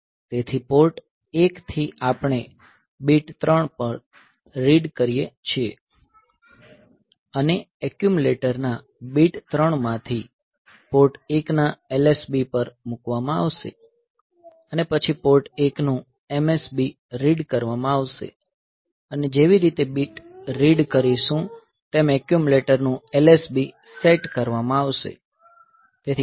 તેથી પોર્ટ 1 થી આપણે બીટ 3 પણ રીડ કરીએ છીએ અને એક્યુમલેટરના બીટ 3 માંથી પોર્ટ 1 ના LSB પર મૂકવામાં આવશે પછી પોર્ટ 1 નું MSB રીડ કરવામાં આવશે અને જેવી રીતે બીટ રીડ કરીશું તેમ એક્યુમલેટરનું LSB સેટ કરવામાં આવશે